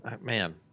Man